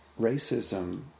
racism